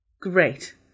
Great